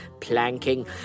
planking